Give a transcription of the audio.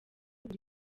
buri